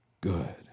good